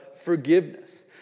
forgiveness